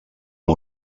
amb